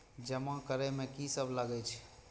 जमा करे में की सब लगे छै?